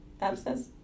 abscess